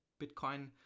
Bitcoin